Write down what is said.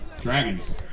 Dragons